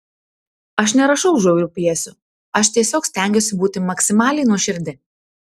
aš nerašau žiaurių pjesių aš tiesiog stengiuosi būti maksimaliai nuoširdi